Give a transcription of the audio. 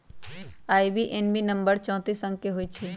IBAN number चौतीस अंक के होइ छइ